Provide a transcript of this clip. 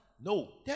No